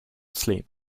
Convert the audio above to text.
sleep